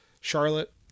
Charlotte